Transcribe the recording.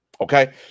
Okay